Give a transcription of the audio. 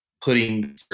putting